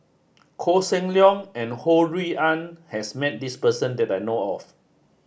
Koh Seng Leong and Ho Rui An has met this person that I know of